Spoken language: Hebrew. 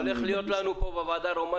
נראה לי שהולך להיות לנו פה בוועדה רומן